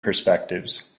perspectives